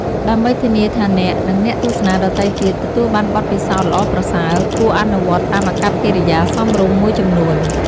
ដើម្បីធានាថាអ្នក និងអ្នកទស្សនាដទៃទៀតទទួលបានបទពិសោធន៍ល្អប្រសើរ គួរអនុវត្តតាមអាកប្បកិរិយាសមរម្យមួយចំនួន។